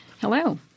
Hello